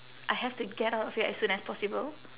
I have to get out of here as soon as possible